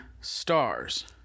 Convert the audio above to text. stars